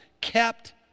kept